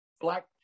black